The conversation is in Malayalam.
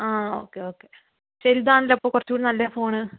ആ ഓക്കെ ഓക്കെ ശരി ഇതാണല്ലേ കുറച്ചും കൂടി നല്ല ഫോൺ